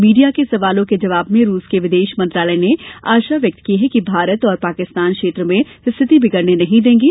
media के सवालों के जवाब में रूस के विदेश मंत्रालय ने आशा व्यक्त की कि भारत और पाकिस्तान क्षेत्र में स्थिति बिगड़ने नहीं देंगे